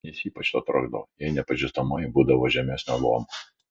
jis ypač to trokšdavo jei nepažįstamoji būdavo žemesnio luomo